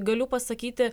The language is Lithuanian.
galiu pasakyti